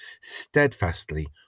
steadfastly